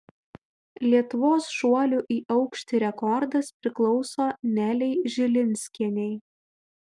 lietuvos šuolių į aukštį rekordas priklauso nelei žilinskienei